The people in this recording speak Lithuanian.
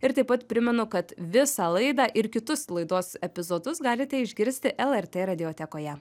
ir taip pat primenu kad visą laidą ir kitus laidos epizodus galite išgirsti lrt radiotekoje